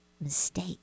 mistake